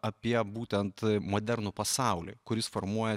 apie būtent modernų pasaulį kuris formuojasi